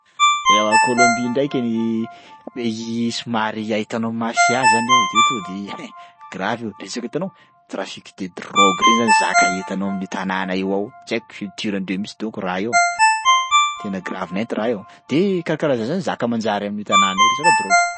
Eoa Kolombia ndraiky pays somary ahitanao mafia zany ao e, de io tonga de gravy io e, resaka hitanao trafique de drogue reny zany zaka hitanao amin'io tanÃ na io ao tsy haiko culturandreo mihitsy donko raha io, tena gravy nainty raha io, de karakaraha zay zaka manjary amin'io tanana io resaka drogue.